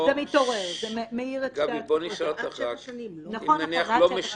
אם לא משנים,